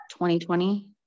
2020